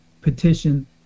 petition